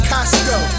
Costco